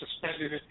suspended